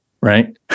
Right